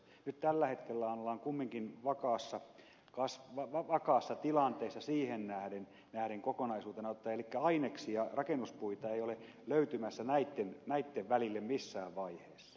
nyt tällä hetkellä ollaan kumminkin vakaassa tilanteessa siihen nähden kokonaisuutena ottaen elikkä aineksia rakennuspuita ei ole löytymässä näitten välille missään vaiheessa